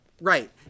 Right